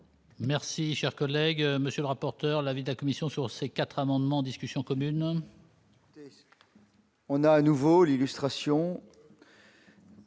Merci, cher collègue, monsieur le rapporteur de l'avis de la Commission sur ces 4 amendements, discussions communautaires. On a à nouveau l'illustration